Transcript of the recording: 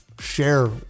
share